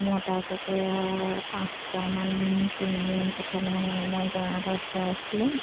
মতা কুকুৰা পাঁচটামান কিনি প্ৰথমে মই গঁৰালত ভৰাইছিলোঁ